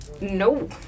No